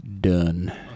done